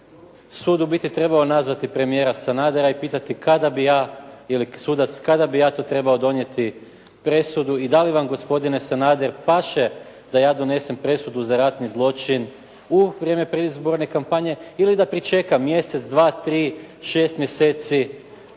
sud u biti trebao nazvati premijera Sanadera i pitati ili sudac kada bi ja to trebao donijeti presudu i da li vam gospodine Sanader paše da ja donesem presudu za ratni zločin u vrijeme prije izborne kampanje ili da pričekam mjesec, dva, tri, šest mjeseci,